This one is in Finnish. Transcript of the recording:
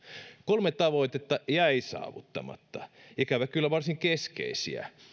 kolme tavoitetta jäi saavuttamatta ikävä kyllä varsin keskeisiä